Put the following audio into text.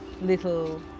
little